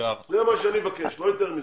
זה מה שאני מבקש, לא יותר מזה.